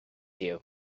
you